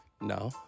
no